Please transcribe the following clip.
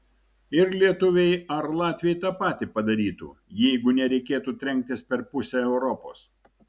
ir lietuviai ar latviai tą patį padarytų jeigu nereikėtų trenktis per pusę europos